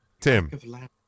Tim